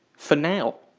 for now.